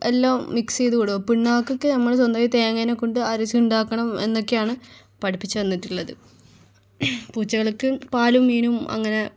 എല്ലാം മിക്സ് ചെയ്ത് വിടും പിണ്ണാക്കൊക്കെ നമ്മുടെ സ്വന്തമായി തേങ്ങേനെക്കൊണ്ട് അരച്ചുണ്ടാക്കണം എന്നൊക്കെയാണ് പഠിപ്പിച്ച് തന്നിട്ടുള്ളത് പൂച്ചകൾക്ക് പാലും മീനും അങ്ങനെ